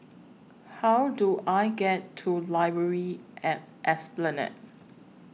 How Do I get to Library At Esplanade